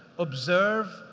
observe,